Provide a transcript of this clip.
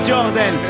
Jordan